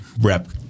rep